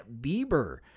Bieber